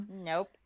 Nope